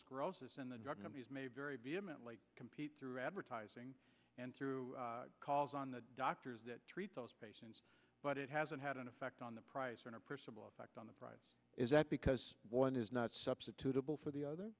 sclerosis and the drug companies may very vehemently compete through advertising and through calls on the doctors that treat those patients but it hasn't had an effect on the price for personal effect on the price is that because one is not substitutable for the other